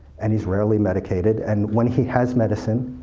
and he's rarely medicated, and when he has medicine,